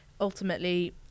ultimately